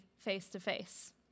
face-to-face